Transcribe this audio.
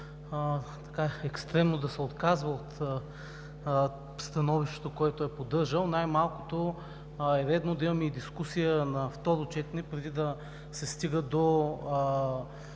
екстремно да се отказва от становището, което е поддържал. Най-малкото е редно да имаме дискусия на второ четене преди да се стига до